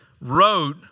wrote